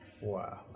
Wow